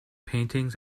paintings